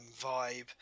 vibe